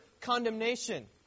condemnation